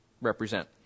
represent